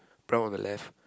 brown on the left